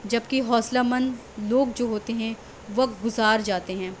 جب کہ حوصلہ مند لوگ جو ہوتے ہیں وقت گزار جاتے ہیں